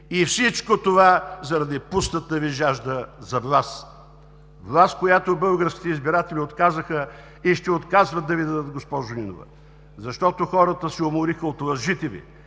и всичко това заради пустата Ви жажда за власт. Власт, която българските избиратели отказаха и ще отказват да Ви дадат, госпожо Нинова, защото хората се умориха от лъжите